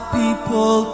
people